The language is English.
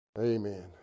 Amen